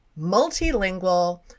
multilingual